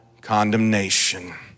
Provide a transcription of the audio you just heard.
condemnation